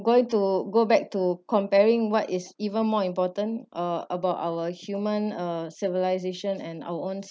going to go back to comparing what is even more important uh about our human uh civilisation and our own